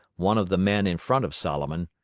one of the men in front of solomon.